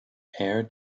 air